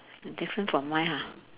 different from mine ha